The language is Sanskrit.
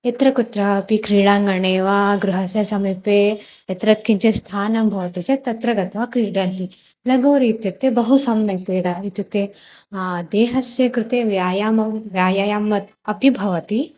यत्र कुत्रापि क्रीडाङ्गणे वा गृहस्य समीपे यत्र किञ्चित् स्थानं भवति चेत् तत्र गत्वा क्रीडन्ति लगोरि इत्युक्ते बहु सम्यक् क्रीडा इत्युक्ते देहस्य कृते व्यायामं व्यायामम् अत् अपि भवति